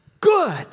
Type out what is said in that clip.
good